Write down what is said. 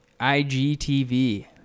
IGTV